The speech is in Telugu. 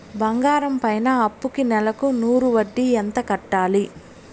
బంగారం పైన అప్పుకి నెలకు నూరు వడ్డీ ఎంత కట్టాలి?